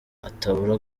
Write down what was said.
atabura